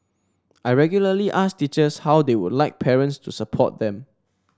I regularly ask teachers how they would like parents to support them